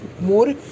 more